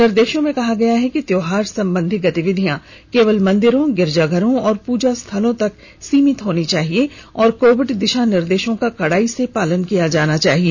निर्देशों में कहा गया है कि त्योहार संबंधी गतिविधियां केवल मंदिरों गिरिजाघरों और पूजा स्थलों तक सीमित होनी चाहिए और कोविड दिशा निर्देशों का कड़ाई से पालन किया जाना चाहिए